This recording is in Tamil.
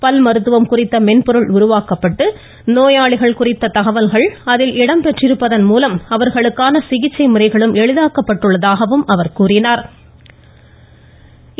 பல் மருத்துவம் குறித்த மென்பொருள் உருவாக்கப்பட்டு நோயாளிகள் குறித்த தகவல்கள் அதில் இடம்பெற்றிருப்பதன் மூலம் அவர்களுக்கான சிகிச்சை முறைகளும் எளிதாக்கப்பட்டிருப்பதாக கூறினாா்